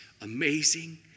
amazing